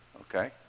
Okay